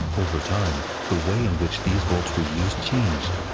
over time, the way in which these vaults were used changed.